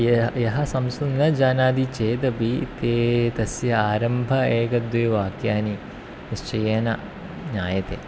यः संस्कृतं न जानाति चेदपि ते तस्य आरम्भः एकं द्वे वाक्यानि निश्चयेन ज्ञायते